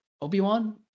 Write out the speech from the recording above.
Obi-Wan